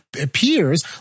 appears